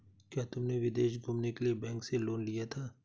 क्या तुमने विदेश घूमने के लिए बैंक से लोन लिया था?